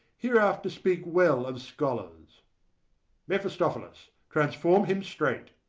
hereafter speak well of scholars mephistophilis, transform him straight.